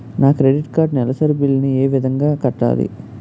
నా credit card నెలసరి bill ని ఏ విధంగా కట్టాలి?